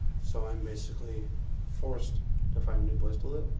so i'm basically forced to find a new place to live.